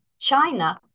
China